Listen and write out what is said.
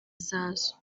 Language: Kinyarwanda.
zazo